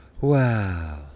wow